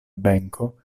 benko